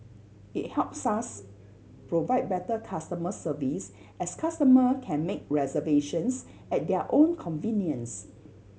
it helps us provide better customer service as customer can make reservations at their own convenience